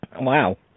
Wow